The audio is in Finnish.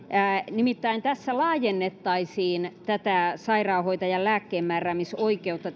nimittäin tässä esityksessä laajennettaisiin sairaanhoitajan lääkkeenmääräämisoikeutta